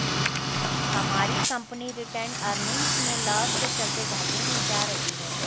हमारी company retained earnings में loss के चलते घाटे में जा रही है